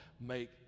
make